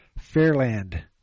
Fairland